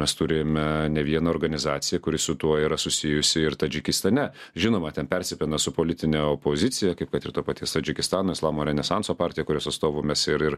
mes turime ne vieną organizaciją kuri su tuo yra susijusi ir tadžikistane žinoma ten persipina su politine opozicija kaip kad ir to paties tadžikistano islamo renesanso partija kurios atstovų mes ir ir